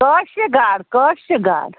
کٲشرِ گاڈٕ کٲشرِ گاڈٕ